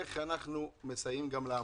איך אנחנו מסייעים גם לעמותות.